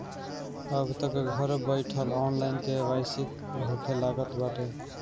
अबतअ घर बईठल ऑनलाइन के.वाई.सी होखे लागल बाटे